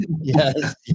yes